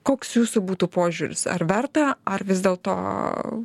koks jūsų būtų požiūris ar verta ar vis dėlto